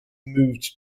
moved